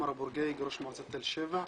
אני אומר נתון לגבי תל שבע.